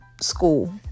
school